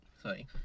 sorry